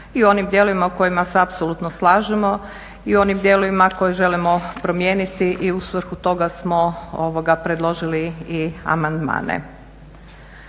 o onim dijelovima o kojima se apsolutno slažemo i o onim dijelovima koje želimo promijeniti i u svrhu toga smo predložili i amandmane.